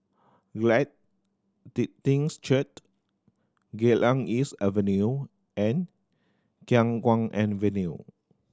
Glad Tidings Church Geylang East Avenue and Khiang Guan Avenue